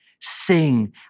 sing